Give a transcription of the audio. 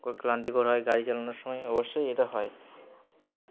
খুব ক্লান্তিকর হয় গাড়ি চালানোর সময় অবশ্যই এটা হয় হ্যাঁ